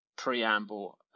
Preamble